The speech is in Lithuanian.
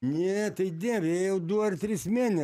ne tai dieve jie jau du ar tris mėne